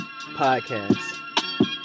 podcast